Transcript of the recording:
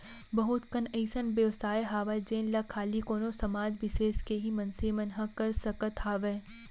बहुत कन अइसन बेवसाय हावय जेन ला खाली कोनो समाज बिसेस के ही मनसे मन ह कर सकत हावय